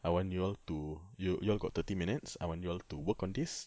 I want you all to you you all got thirty minutes I want you all to work on this